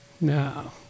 No